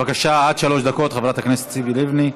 בבקשה, עד שלוש דקות, חברת הכנסת ציפי לבני.